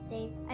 Dave